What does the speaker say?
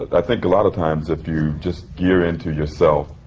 i think a lot of times, if you just gear into yourself,